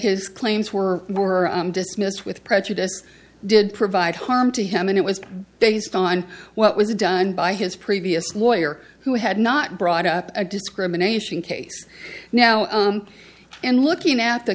his claims were more or dismissed with prejudice did provide harm to him and it was based on what was done by his previous lawyer who had not brought up a discrimination case now and looking at the